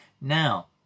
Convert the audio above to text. now